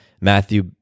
Matthew